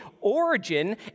origin